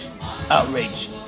Outrage